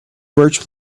birch